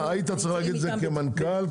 היית צריך להגיד את זה כמנכ"ל.